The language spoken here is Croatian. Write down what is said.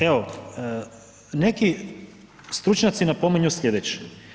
Evo, neki stručnjaci napominju sljedeće.